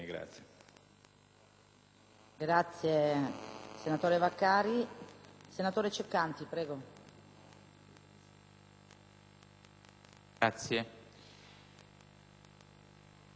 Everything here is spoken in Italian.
Presidente, prima di entrare nel merito specifico del provvedimento, come si presentava all'inizio e come è stato modificato dalla Commissione,